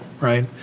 right